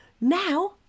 Now